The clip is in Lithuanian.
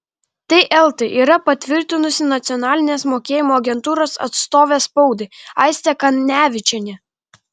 tai eltai yra patvirtinusi nacionalinės mokėjimo agentūros atstovė spaudai aistė kanevičienė